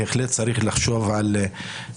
אדוני היושב-ראש,